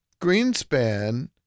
Greenspan